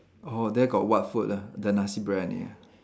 orh there got what food ah the nasi-biryani ah